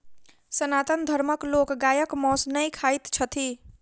सनातन धर्मक लोक गायक मौस नै खाइत छथि